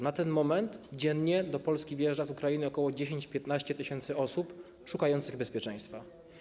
Na ten moment dziennie do Polski wjeżdża z Ukrainy około 10-15 tys. osób szukających bezpieczeństwa.